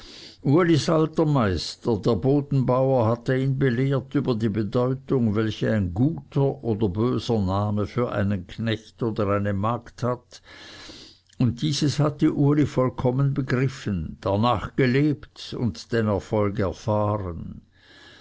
alter meister der bodenbauer hatte ihn belehrt über die bedeutung welche ein guter oder böser name für einen knecht oder eine magd hat und dieses hatte uli vollkommen begriffen darnach gelebt und den erfolg erfahren